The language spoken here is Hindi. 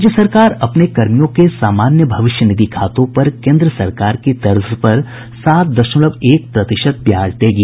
राज्य सरकार अपने कर्मियों के सामान्य भविष्य निधि खातों पर केंद्र सरकार की तर्ज पर सात दशमलव एक प्रतिशत ब्याज देगी